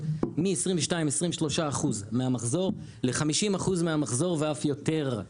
מ-22%-23% מהמחזור ל-50% מהמחזור ואף יותר.